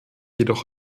jedoch